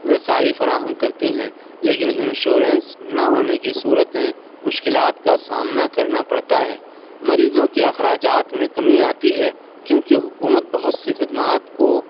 رسائی فراہم کرتی ہیں لیکن انشورنس نہ ہونے کی صورت میں مشکلات کا سامنا کرنا پڑتا ہے مریضوں کے اخراجات میں کمی آتی ہے کیونکہ حکومت بہت سی خدمات کو